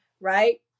right